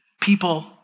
people